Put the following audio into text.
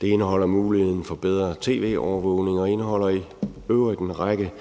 Det indeholder også muligheden for bedre tv-overvågning og indeholder i øvrigt en række